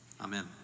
Amen